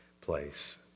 place